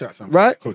Right